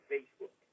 Facebook